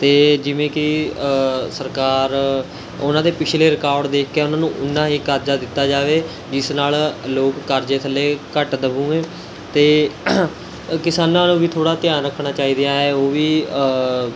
ਅਤੇ ਜਿਵੇਂ ਕਿ ਸਰਕਾਰ ਉਨ੍ਹਾਂ ਦੇ ਪਿਛਲੇ ਰਿਕੋਰਡ ਦੇਖ ਕੇ ਉਨ੍ਹਾਂ ਨੂੰ ਉੱਨਾਂ ਹੀ ਕਰਜਾ ਦਿੱਤਾ ਜਾਵੇ ਜਿਸ ਨਾਲ਼ ਲੋਕ ਕਰਜ਼ੇ ਥੱਲੇ ਘੱਟ ਦੱਬੂਗੇ ਅਤੇ ਕਿਸਾਨਾਂ ਨੂੰ ਵੀ ਥੋੜ੍ਹਾ ਧਿਆਨ ਰੱਖਣਾ ਚਾਹੀਦਾ ਹੈ ਉਹ ਵੀ